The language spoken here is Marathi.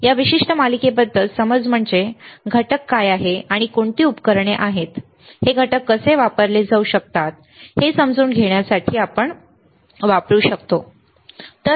या विशिष्ट मालिकेबद्दल समज म्हणजे घटक काय आहेत आणि कोणती उपकरणे आहेत हे घटक कसे वापरले जाऊ शकतात हे समजून घेण्यासाठी वापरू शकतो बरोबर